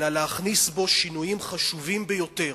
אלא להכניס בו שינויים חשובים ביותר.